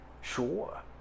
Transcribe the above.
Sure